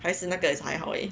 还是那个才好 eh